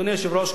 אדוני היושב-ראש,